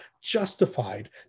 justified